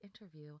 interview